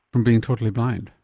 from being totally blind?